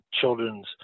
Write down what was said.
children's